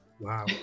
Wow